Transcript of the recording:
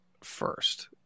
first